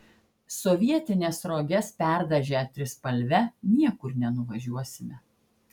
sovietines roges perdažę trispalve niekur nenuvažiuosime